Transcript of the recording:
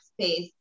space